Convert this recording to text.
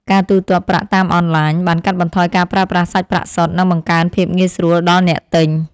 ការទូទាត់ប្រាក់តាមអនឡាញបានកាត់បន្ថយការប្រើប្រាស់សាច់ប្រាក់សុទ្ធ និងបង្កើនភាពងាយស្រួលដល់អ្នកទិញ។